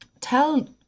tell